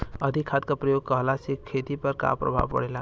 अधिक खाद क प्रयोग कहला से खेती पर का प्रभाव पड़ेला?